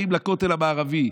באים לכותל המערבי.